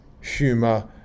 humor